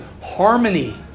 harmony